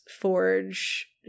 Forge